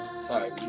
Sorry